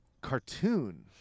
cartoon